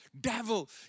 Devil